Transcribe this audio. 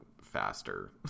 faster